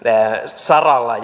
saralla